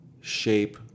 shape